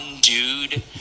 dude